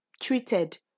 treated